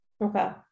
okay